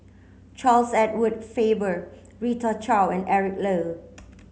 Charles Edward Faber Rita Chao and Eric Low